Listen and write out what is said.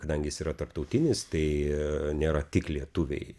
kadangi jis yra tarptautinis tai nėra tik lietuviai